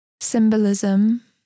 symbolism